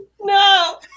No